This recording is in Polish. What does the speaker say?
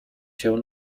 się